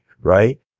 right